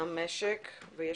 אני ממשק מניה